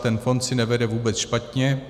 Ten fond si nevede vůbec špatně.